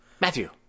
Matthew